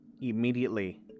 Immediately